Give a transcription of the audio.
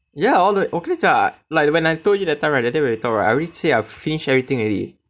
ya all wa~ 我跟你讲 what like when I told you that time right that day we talk right I already say I finish everything already